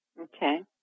Okay